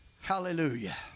Hallelujah